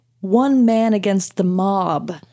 one-man-against-the-mob